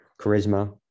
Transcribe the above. charisma